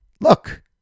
look